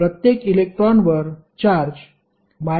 प्रत्येक इलेक्ट्रॉनवर चार्ज 1